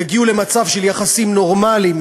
יגיעו למצב של יחסים נורמליים,